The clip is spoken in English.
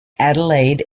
adelaide